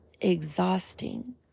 exhausting